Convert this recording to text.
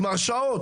עם הרשאות.